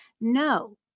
No